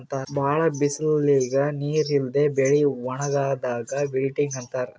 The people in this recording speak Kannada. ಭಾಳ್ ಬಿಸಲಿಗ್ ನೀರ್ ಇಲ್ಲದೆ ಬೆಳಿ ಒಣಗದಾಕ್ ವಿಲ್ಟಿಂಗ್ ಅಂತಾರ್